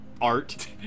art